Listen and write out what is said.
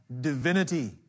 divinity